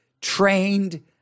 trained